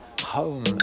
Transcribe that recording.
Home